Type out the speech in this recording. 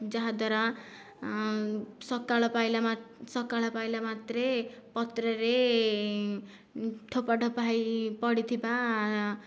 ଯାହାଦ୍ୱାରା ସକାଳ ପାଇଲେ ମା ସକାଳ ପାଇଲା ମାତ୍ରେ ପତ୍ରରେ ଠୋପା ଠୋପା ହୋଇପଡ଼ିଥିବା